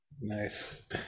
Nice